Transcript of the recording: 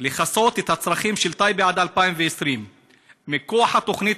לכסות את הצרכים של טייבה עד 2020. מכוח התוכנית